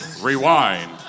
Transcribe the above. rewind